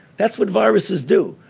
that's what viruses do.